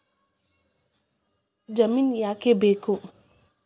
ಜಾಮಿನ್ ಯಾಕ್ ಆಗ್ಬೇಕು?